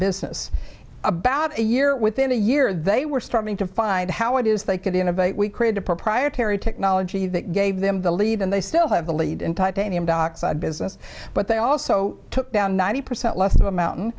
business about a year within a year they were starting to find how it is they could innovate we create a proprietary technology that gave them the lead and they still have the lead in titanium dioxide business but they also took down ninety percent less of a mountain